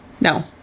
No